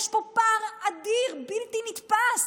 יש פה פער אדיר בלתי נתפס.